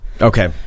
Okay